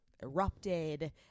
erupted